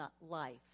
life